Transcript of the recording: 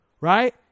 right